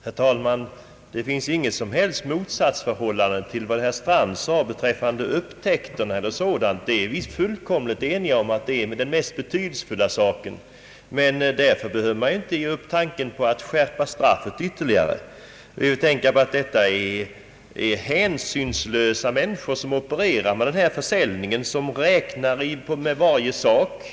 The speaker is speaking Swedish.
Herr talman! Det råder inget som helst motsatsförhållande mellan min uppfattning och vad herr Strand sade beträffande uppdagande av narkotikabrott och dylikt. Vi är fullkomligt överens om att det är det mest betydelsefulla, men därför behöver man väl inte ge upp tanken på att ytterligare skärpa straffet. Man bör tänka på att det är hänsynslösa människor som sysslar med denna försäljning. De räknar med alla eventualiteter.